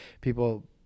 People